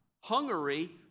Hungary